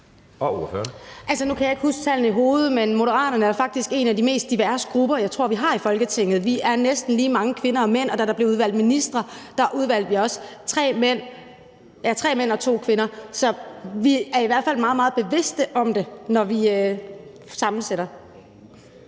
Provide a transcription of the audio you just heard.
Rosa Eriksen (M): Altså, nu kan jeg ikke huske tallene i hovedet, men Moderaterne er faktisk en af de grupper med størst diversitet, vi har i Folketinget, tror jeg. Vi er næsten lige mange kvinder og mænd, og da der blev udvalgt ministre, udvalgte vi også tre mænd og to kvinder. Så vi er i hvert fald meget, meget bevidste om det, når vi sammensætter.